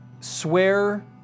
swear